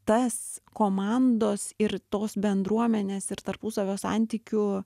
tas komandos ir tos bendruomenės ir tarpusavio santykių